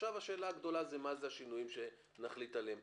עכשיו השאלה הגדולה היא מה הם השינויים שנחליט עליהם פה.